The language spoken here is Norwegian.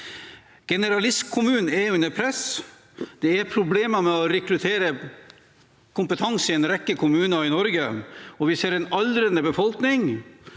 Generalistkommunen er under press, det er problemer med å rekruttere kompetanse i en rekke kommuner i Norge, vi ser en aldrende befolkning,